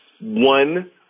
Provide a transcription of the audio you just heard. one